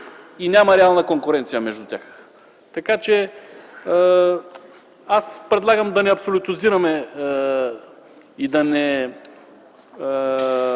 и няма реална конкуренция между тях. Аз предлагам да не абсолютизираме и да не